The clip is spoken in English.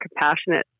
compassionate